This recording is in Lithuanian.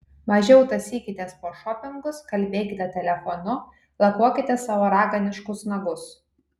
mažiau tąsykitės po šopingus kalbėkite telefonu lakuokite savo raganiškus nagus